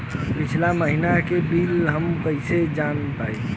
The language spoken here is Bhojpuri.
पिछला महिनवा क बिल हम कईसे जान पाइब?